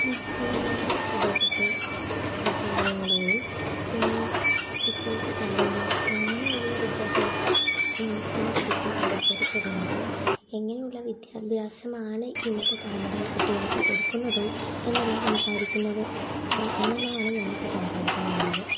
ഞങ്ങളുടെ പ്രദേശത്ത് വിദ്യാലയങ്ങളെയും പിന്നെ ഇപ്പോഴത്തെ തലമുറ ഇങ്ങനെയുള്ള വിദ്യാഭ്യാസ രംഗത്താണ് പഠിക്കാൻ താത്പര്യപ്പെടുന്നതും എങ്ങനെയുള്ള വിദ്യാഭ്യാസമാണ് ഇന്നത്തെ തലമുറയിൽ കുട്ടികൾക്ക് കൊടുക്കുന്നതും എന്നെല്ലാം സംസാരിക്കുന്നതും എന്നെല്ലാമാണ് ഞാനിപ്പോൾ സംസാരിക്കാൻ പോകുന്നത്